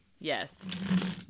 Yes